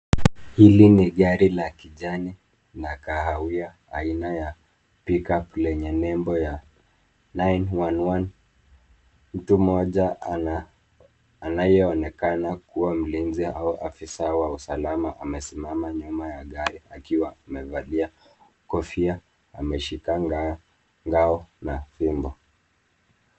Hili ni gari la kijani na kahawia aina ya Pick-up lenye nebo ya 911.Mtu mmoja anayeonekana kuwa mlinzi au afisa wa usalama amesimama nyuma ya gari akiwa amevalia kofia. Ameshika ngao na fimbo.